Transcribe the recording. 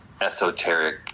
esoteric